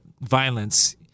violence